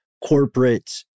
corporate